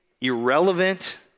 irrelevant